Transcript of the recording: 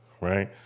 right